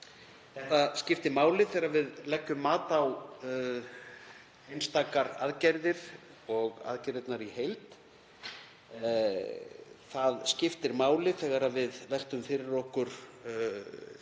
Þetta skiptir máli þegar við leggjum mat á einstakar aðgerðir og aðgerðirnar í heild. Það skiptir máli þegar við veltum fyrir okkur því